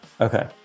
Okay